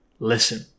Listen